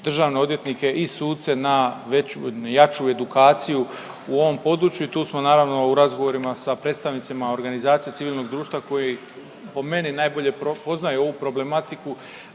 državne odvjetnike i suce na veću, na jaču edukaciju u ovom području i tu smo naravno u razgovorima sa predstavnicima organizacija civilnog društva koji po meni najbolje poznaju ovu problematiku